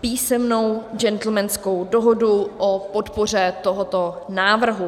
písemnou džentlmenskou dohodu o podpoře tohoto návrhu.